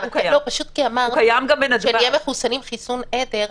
אמרת שכשנהיה מחוסנים חיסון עדר,